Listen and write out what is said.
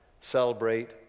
celebrate